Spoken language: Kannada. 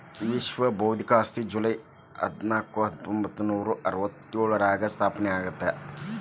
ವಿಶ್ವ ಬೌದ್ಧಿಕ ಆಸ್ತಿ ಸಂಸ್ಥೆ ಜೂಲೈ ಹದ್ನಾಕು ಹತ್ತೊಂಬತ್ತನೂರಾ ಅರವತ್ತ್ಯೋಳರಾಗ ಸ್ಥಾಪನೆ ಆಗ್ಯಾದ